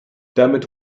damit